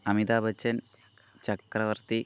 Amitabh Bachchan Chakravarthy